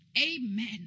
Amen